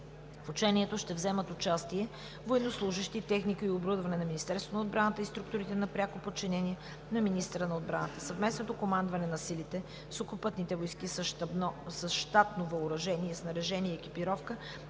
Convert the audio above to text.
В учението ще вземат участие военнослужещи, техника и оборудване на Министерството на отбраната и структурите на пряко подчинение на министъра на отбраната, Съвместното командване на силите, Сухопътните войски с щатно въоръжение, снаряжение и екипировка,